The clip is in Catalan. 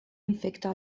infecta